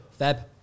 Feb